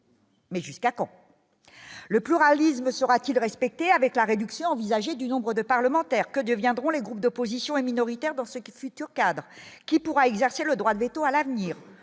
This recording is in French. Mais jusqu'à quand le pluralisme sera-t-il respecté avec la réduction envisagée du nombre de parlementaires, que deviendront les groupes d'opposition est minoritaire dans ce qui futurs cadres qui pourra exercer le droit de véto à l'avenir,